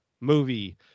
movie